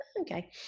okay